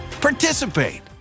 participate